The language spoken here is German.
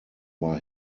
war